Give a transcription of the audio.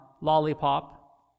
lollipop